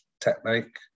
technique